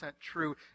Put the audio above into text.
true